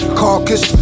carcass